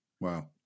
Wow